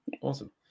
Awesome